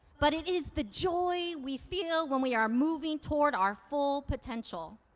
but it is the joy we feel when we are moving toward our full potential.